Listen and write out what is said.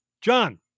John